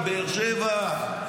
מבאר שבע,